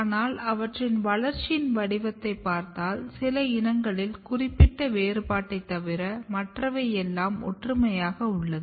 ஆனால் அவற்றின் வளர்ச்சியின் வடிவத்தை பார்த்தால் சில இனங்களில் குறிப்பிட்ட வேறுபாட்டை தவிர மற்றவை எல்லாம் ஒற்றுமையாக உள்ளது